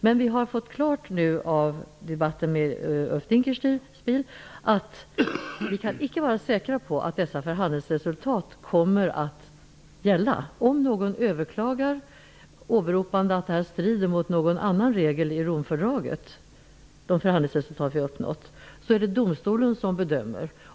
Men efter debatten med Ulf Dinkelspiel står det klart att vi inte kan vara säkra på att dessa förhandlingsresultat kommer att gälla. Om någon skulle överklaga, åberopande att ett uppnått förhandlingsresultat strider mot någon regel i Romfördraget, så kan domstolen döma ut det.